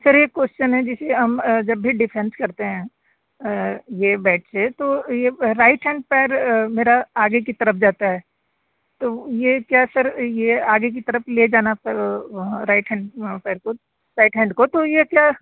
sir एक question है जैसे हम जब भी डिफेंस करते हैं ये बैठ के तो ये राइट हैंड पैर मेरा आगे की तरफ़ जाता है तो ये क्या सर ये आगे की तरफ़ ले जाना फिर राइट हैंड पैर को राइट हैंड को तो ये क्या